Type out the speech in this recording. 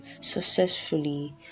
successfully